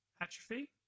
atrophy